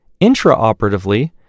Intraoperatively